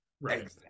right